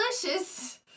delicious